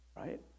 right